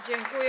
Dziękuję.